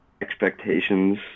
expectations